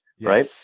right